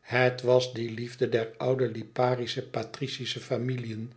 het was die liefde der oude liparische patricische familiën